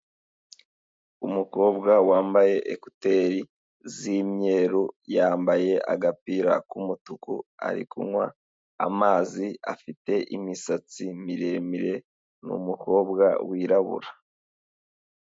Umukobwa wambaye ekuteri z'imyeru, yambaye agapira k'umutuku ari kunywa amazi, afite imisatsi miremire ni umukobwa wirabura.